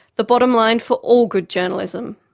the bottomline for all good journalism.